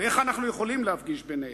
ואיך אנחנו יכולים להפגיש ביניהם?